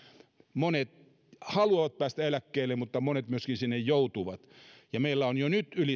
monet haluavat päästä eläkkeelle mutta monet sinne myöskin joutuvat ja meillä on jo nyt